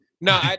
no